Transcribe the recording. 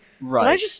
Right